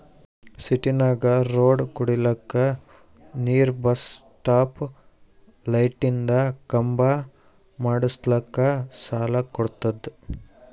ಸಿಟಿನಾಗ್ ರೋಡ್ ಕುಡಿಲಕ್ ನೀರ್ ಬಸ್ ಸ್ಟಾಪ್ ಲೈಟಿಂದ ಖಂಬಾ ಮಾಡುಸ್ಲಕ್ ಸಾಲ ಕೊಡ್ತುದ